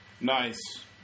Nice